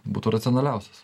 būtų racionaliausias